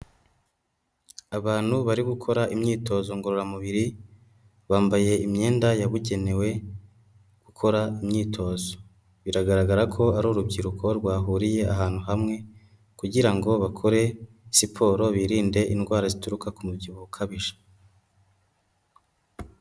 Abantu bari gukora imyitozo ngororamubiri, bambaye imyenda yabugenewe gukora imyitozo, biragaragara ko ari urubyiruko rwahuriye ahantu hamwe kugira ngo bakore siporo, birinde indwara zituruka ku mubyibuho ukabije.